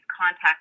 contact